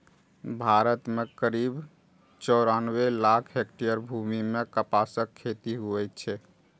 भारत मे करीब चौरानबे लाख हेक्टेयर भूमि मे कपासक खेती होइ छै